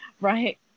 Right